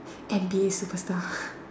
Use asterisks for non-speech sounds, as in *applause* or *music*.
N_B_A super star *breath*